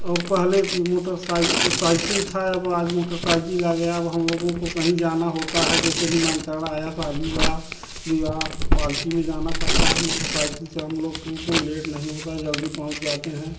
और पहले मोटरसाइ साइकिल था अब आज मोटरसाइकिल आ गया है अब हम लोगों को कहीं जाना होता है जैसे निमंत्रण आया शादी या विवाह पार्टी में जाना पड़ता है त मोटरसाइकिल से हम लोग को लेट नहीं होता जल्दी पहुँच जाते हैं